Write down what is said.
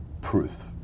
proof